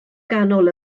ganol